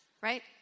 Right